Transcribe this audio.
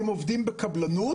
הם עובדים בקבלנות,